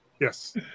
Yes